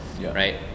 right